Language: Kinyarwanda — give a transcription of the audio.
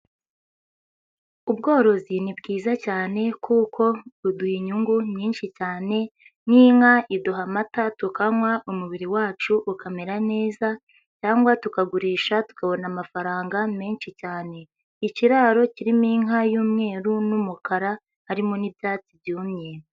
Ubworozi ni bwiza cyane kuko buduha inyungu nyinshi cyane nk'inka iduha amata tukanywa umubiri wacu ukamera neza cyangwa tukagurisha tukabona amafaranga menshi cyane. Ikiraro kirimo inka y'umweru n'umukara harimo n'ibyatsi byumye.